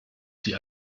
sie